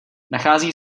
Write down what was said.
nachází